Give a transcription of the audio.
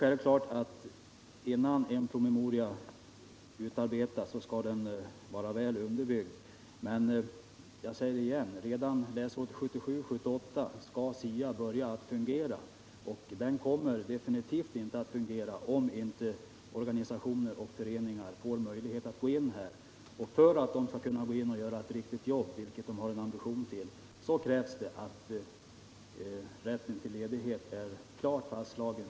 Självfallet skall en promemoria när den läggs fram vara väl underbyggd, men jag vill upprepa att SIA skall börja fungera redan läsåret 1977/78 och att den definitivt inte kommer att göra det, om inte organisationer och föreningar får möjlighet att göra en insats i detta sammanhang. För att de skall kunna göra ett gott arbete, vilket är deras ambition, krävs att rätten till ledighet är klart fastslagen.